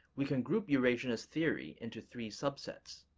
we can group eurasianist theory into three subsets.